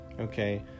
okay